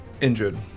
injured